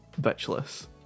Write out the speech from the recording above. bitchless